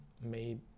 made